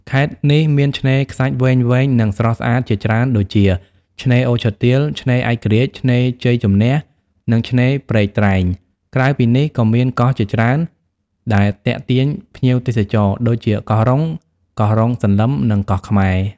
ខេត្តនេះមានឆ្នេរខ្សាច់វែងៗ និងស្រស់ស្អាតជាច្រើនដូចជា ឆ្នេរអូឈើទាល ឆ្នេរឯករាជ្យ ឆ្នេរជ័យជំនះ និងឆ្នេរព្រែកត្រែង។ ក្រៅពីនេះ ក៏មានកោះជាច្រើនដែលទាក់ទាញភ្ញៀវទេសចរ ដូចជាកោះរុង កោះរុងសន្លឹម និងកោះខ្មែរ។